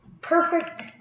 perfect